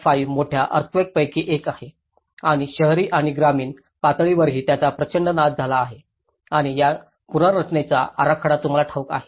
5 मोठ्या अर्थक्वेकांपैकी एक आहे आणि शहरी आणि ग्रामीण पातळीवरही याचा प्रचंड नाश झाला आहे आणि या पुनर्रचनेचा आराखडा तुम्हाला ठाऊक आहे